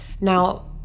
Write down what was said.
Now